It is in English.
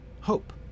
hope